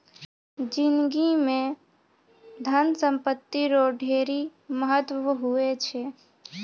जिनगी म धन संपत्ति रो ढेरी महत्व हुवै छै